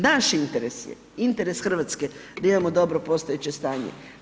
Naš interes je, interes Hrvatske, da imamo dobro postojeće stanje.